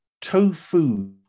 tofu